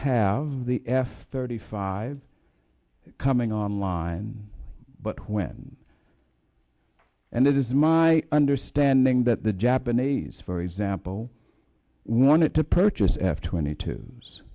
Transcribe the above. have the f thirty five coming on line but when and it is my understanding that the japanese for example wanted to purchase f twenty two